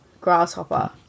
grasshopper